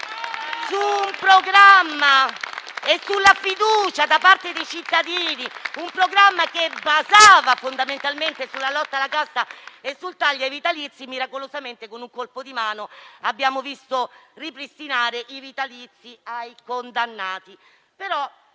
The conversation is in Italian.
eletti grazie alla fiducia ricevuta da parte di cittadini su un programma che si basava fondamentalmente sulla lotta alla casta e sul taglio ai vitalizi, miracolosamente, con un colpo di mano, abbiamo visto ripristinare i vitalizi ai condannati.